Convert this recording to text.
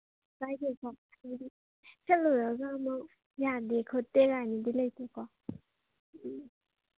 ꯀꯥꯏꯗꯦꯀꯣ ꯑꯗꯨꯗꯤ ꯆꯠꯂꯨꯔꯒ ꯑꯃꯨꯛ ꯌꯥꯗꯦ ꯈꯣꯠꯇꯦ ꯀꯥꯏꯅꯗꯤ ꯂꯩꯇꯦꯀꯣ ꯎꯝ